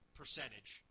percentage